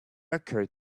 occurred